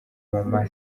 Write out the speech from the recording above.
mama